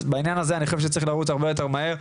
אז בעניין הזה אני חושב שצריך להתקדם הרבה יותר מהר.